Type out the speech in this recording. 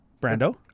Brando